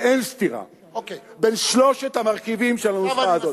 ואין סתירה בין שלושת המרכיבים של הנוסחה הזאת,